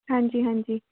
ਹਾਂਜੀ ਹਾਂਜੀ